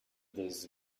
this